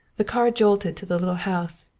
the car jolted to the little house,